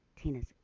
Tina's